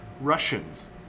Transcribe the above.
Russians